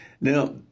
Now